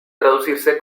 traducirse